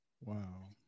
Wow